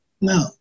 No